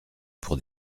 pour